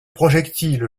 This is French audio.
projectiles